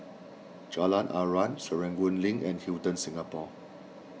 Jalan Aruan Serangoon Link and Hilton Singapore